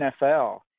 NFL